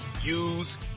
use